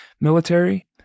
military